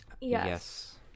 yes